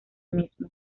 mismo